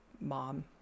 mom